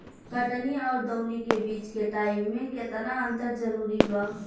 कटनी आउर दऊनी के बीच के टाइम मे केतना अंतर जरूरी बा?